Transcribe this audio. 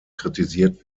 kritisiert